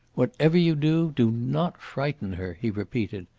whatever you do, do not frighten her, he repeated.